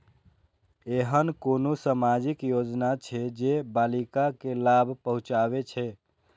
ऐहन कुनु सामाजिक योजना छे जे बालिका के लाभ पहुँचाबे छे?